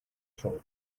troll